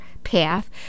Path